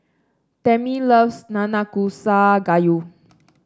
Tamie loves Nanakusa Gayu